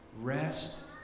rest